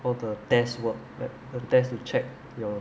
all the tests work like the a test to check your